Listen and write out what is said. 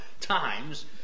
times